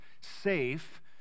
safe